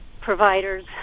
providers